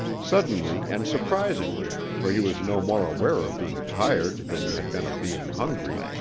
suddenly, and surprisingly, for he was no more aware of being tired than he had been of being hungry,